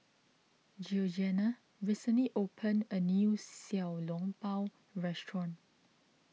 Georgiana recently opened a new Xiao Long Bao restaurant